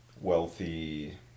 wealthy